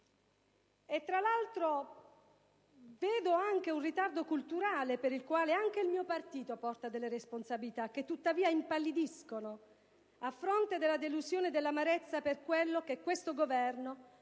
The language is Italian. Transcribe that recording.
Tra l'altro, vedo anche un ritardo culturale, per il quale anche il mio partito porta delle responsabilità che, tuttavia, impallidiscono a fronte della delusione e dell'amarezza per quello che questo Governo